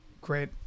great